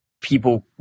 people